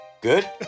Good